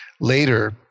later